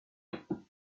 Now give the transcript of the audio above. deux